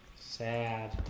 sad